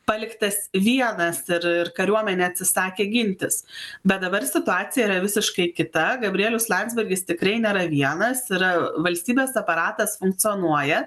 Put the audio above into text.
paliktas vienas ir ir kariuomenė atsisakė gintis bet dabar situacija yra visiškai kita gabrielius landsbergis tikrai nėra vienas yra valstybės aparatas funkcionuoja